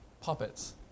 puppets